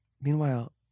Meanwhile